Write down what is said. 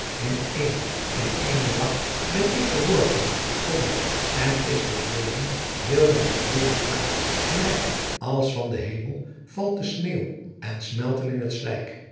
in een in eenen dag ben ik geworpen t'onder en is verdweenen heel mijn gloory klaar gelijk als van den hernel valt de sneeuw en smelt in t slijk